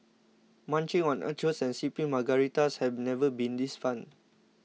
munching on nachos and sipping Margaritas have never been this fun